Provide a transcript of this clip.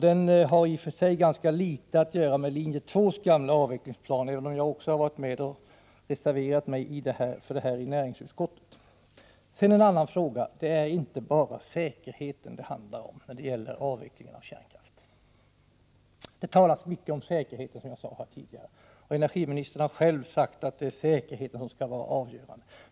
Den har i och för sig ganska litet att göra med linje 2:s gamla avvecklingsplan, även om jag har varit med och reserverat mig i näringsutskottet. Kärnkraftens avveckling är inte bara en fråga om säkerhet. Det har talats mycket om säkerhet, och energiministern har själv sagt att säkerheten skall vara avgörande.